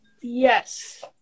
yes